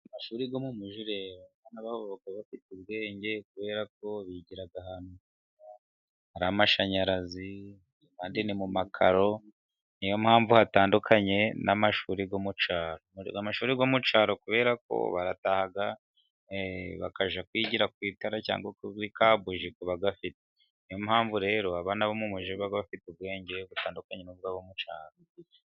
Ashuri yo mu mujyi rero abana baba bafite umubwenge, kubera ko bigira ahantu hari amashanyarazi ahandi ni mu makaro, niyo mpamvu hatandukanye n'amashuri yo mucyaro, amashuri yo mu cyaro kubera ko baratahaga bakaja kwigira ku itara cyangwa kuri ka buje ku bagafite, niyo mpamvu rero abana bo mu mujyi baba bafite ubwenge butandukanye n'ubwabo mu cyaro.